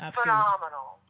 phenomenal